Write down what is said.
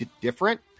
different